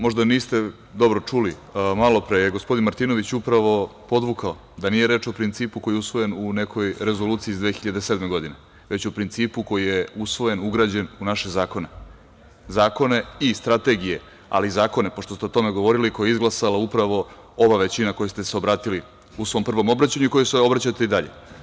Možda niste dobro čuli, malopre je gospodin Martinović upravo podvukao da nije reč o principu koji je usvojen u nekoj rezoluciji iz 2007. godine, već o principu koji je usvojen, ugrađen u naše zakone, zakone i strategije, ali zakone pošto ste o tome govorili, koji je izglasala upravo ova većina kojoj ste se obratili u svom prvom obraćanju, kojoj se obraćate i dalje.